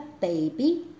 baby